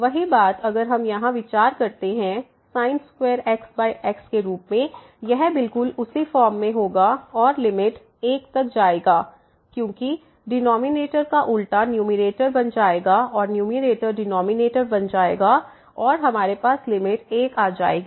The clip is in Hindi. वही बात अगर हम यहां विचार करते हैं sin2x x के ऊपर यह बिल्कुल उसी फॉर्म में होगा और लिमिट 1 तक जाएगा क्योंकि डिनॉमिनेटर का उल्टा न्यूमैरेटर बन जाएगा और न्यूमैरेटर डिनॉमिनेटर बन जाएगा और हमारे पास लिमिट 1 आ जाएगी